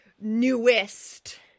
newest